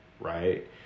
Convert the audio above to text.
right